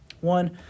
One